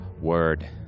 word